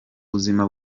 buzima